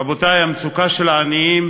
רבותי, המצוקה של העניים